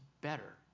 better